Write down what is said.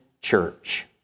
church